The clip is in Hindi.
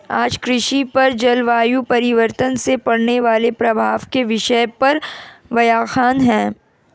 आज कृषि पर जलवायु परिवर्तन से पड़ने वाले प्रभाव के विषय पर व्याख्यान है